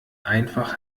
einfach